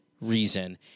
reason